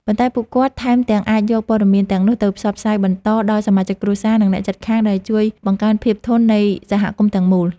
ប៉ុន្តែពួកគាត់ថែមទាំងអាចយកព័ត៌មានទាំងនេះទៅផ្សព្វផ្សាយបន្តដល់សមាជិកគ្រួសារ និងអ្នកជិតខាង ដែលជួយបង្កើនភាពធន់នៃសហគមន៍ទាំងមូល។